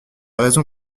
raison